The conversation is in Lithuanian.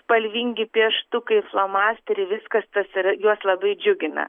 spalvingi pieštukai flomasteriai viskas tas yra juos labai džiugina